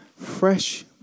fresh